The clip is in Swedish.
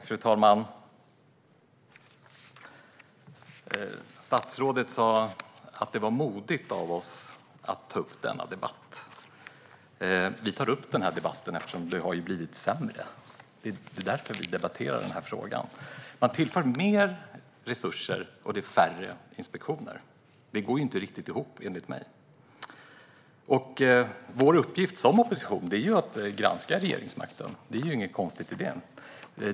Fru talman! Statsrådet sa att det var modigt av oss att ta upp denna fråga. Vi tar upp den eftersom det har blivit sämre. Det är därför vi debatterar den här frågan. Man tillför mer resurser, och det är färre inspektioner. Det går inte riktigt ihop, enligt mig. Vår uppgift som opposition är ju att granska regeringsmakten. Det är inget konstigt i det.